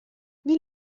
wie